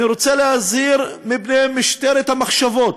אני רוצה להזהיר מפני משטרת המחשבות,